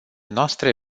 noastre